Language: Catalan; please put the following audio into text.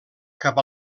cap